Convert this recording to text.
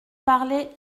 parler